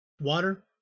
water